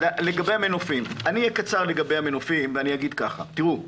לגבי המנופים אני אהיה קצר לגבי המנופים ואני אגיד ככה: תראו,